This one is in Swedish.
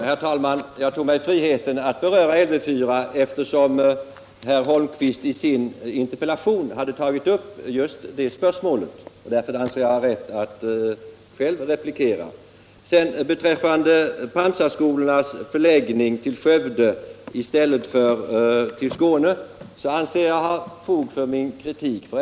Herr talman! Jag tog mig friheten att beröra frågan om Lv 4 eftersom Eric Holmqvist i sin interpellation tagit upp just det spörsmålet — därför ansåg jag mig ha rätt att själv replikera. Beträffande pansarskolornas förläggning till Skövde i stället för till Skåne anser jag mig ha fog för min kritik.